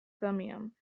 thummim